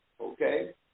Okay